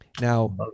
Now